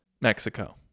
mexico